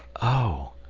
oh!